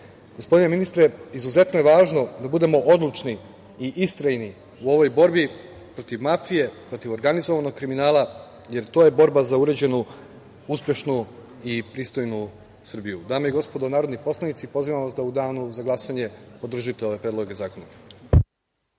države. Gospodine ministre, izuzetno je važno da budemo odlučni i istrajni u ovoj borbi protiv mafije, protiv organizovanog kriminala, jer to je borba za uređenu, uspešnu i pristojnu Srbiju. Dame i gospodo narodni poslanici, pozivam da u danu za glasanje podržite ove predloge zakona.